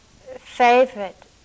favorite